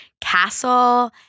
castle